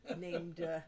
named